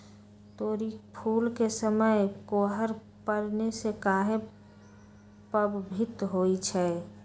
तोरी फुल के समय कोहर पड़ने से काहे पभवित होई छई?